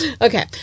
Okay